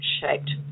shaped